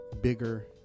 bigger